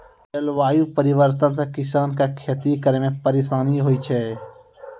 जलवायु परिवर्तन से किसान के खेती करै मे परिसानी होय जाय छै